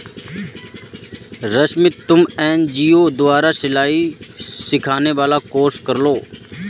रश्मि तुम एन.जी.ओ द्वारा सिलाई सिखाने वाला कोर्स कर लो